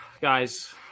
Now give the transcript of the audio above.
guys